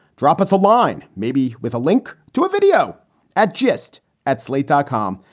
drop us a line. maybe with a link to a video at gist at slate dot com.